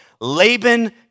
Laban